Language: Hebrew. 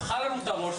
אכל לנו את הראש,